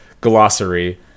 glossary